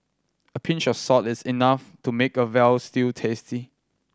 a pinch of salt is enough to make a veal stew tasty